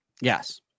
Yes